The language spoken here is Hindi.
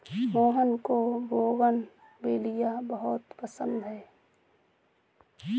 मोहन को बोगनवेलिया बहुत पसंद है